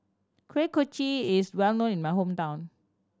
Kuih Kochi is well known in my hometown